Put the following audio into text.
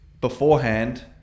beforehand